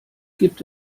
gibt